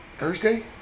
Thursday